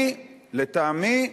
אני, לטעמי,